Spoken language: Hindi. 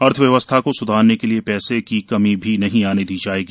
अर्थ व्यवस्था को स्धारने के लिए पैसे की कमी नहीं आने दी जाएगी